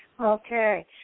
Okay